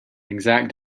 exact